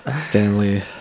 Stanley